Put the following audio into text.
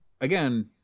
again